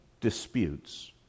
disputes